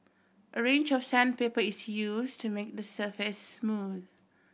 a range of sandpaper is used to make the surface smooth